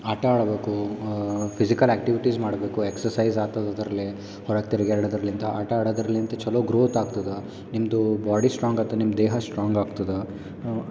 ಆಟ ಆಡಬೇಕು physical activities ಮಾಡಬೇಕು ಎಕ್ಸರ್ಸೈಸ್ ಆ ಥರದ್ರಲ್ಲಿ ಹೊರಗೆ ತಿರುಗ್ಯಾಡದ್ರಲಿಂತ ಆಟ ಆಡೋದರ್ಲಿಂತ ಚಲೋ ಗ್ರೋತ್ ಆಗ್ತದೆ ನಿಮ್ಮದು ಬಾಡಿ ಸ್ಟ್ರಾಂಗ್ ಆಗ್ತದೆ ನಿಮ್ಮ ದೇಹ ಸ್ಟ್ರಾಂಗ್ ಆಗ್ತದೆ